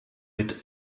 mit